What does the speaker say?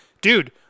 dude